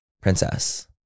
princess